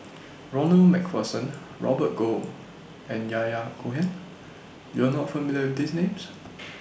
Ronald MacPherson Robert Goh and Yahya Cohen YOU Are not familiar These Names